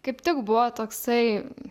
kaip tik buvo toksai